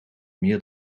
meer